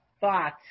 thought